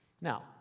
Now